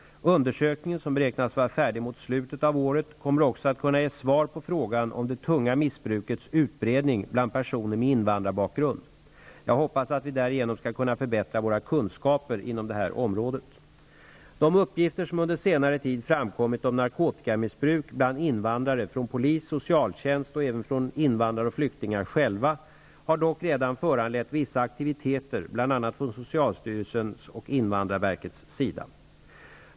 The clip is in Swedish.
Undersökningen, som beräknas vara färdig mot slutet av året, kommer också att kunna ge svar på frågan om det tunga missbrukets utbredning bland personer med invandrarbakgrund. Jag hoppas att vi därigenom skall kunna förbättra våra kunskaper inom detta område. De uppgifter som under senare tid framkommit om narkotikamissbruk bland invandrare från polis, socialtjänst och även från invandrare och flyktingar själva har dock redan föranlett vissa aktiviteter, bl.a. från socialstyrelsens och invandrarverkets sida.